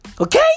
Okay